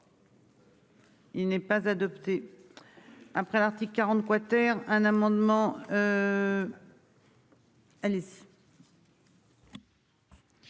Il n'est pas adopté. Après l'article 40 quater un amendement.